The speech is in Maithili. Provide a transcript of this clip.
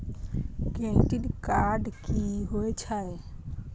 क्रेडिट कार्ड की होय छै?